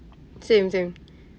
same same